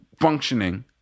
functioning